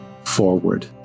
forward